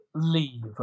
leave